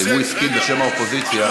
אבל אם הוא הסכים בשם האופוזיציה,